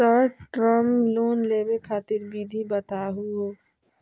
Short term loan लेवे खातीर विधि बताहु हो?